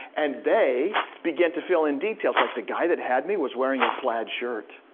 and they begin to fill in details, like the guy that had me was wearing a plaid shirt.